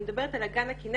אני מדברת על אגן הכינרת.